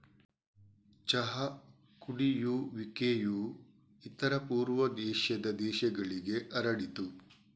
ಚಹಾ ಕುಡಿಯುವಿಕೆಯು ಇತರ ಪೂರ್ವ ಏಷ್ಯಾದ ದೇಶಗಳಿಗೆ ಹರಡಿತು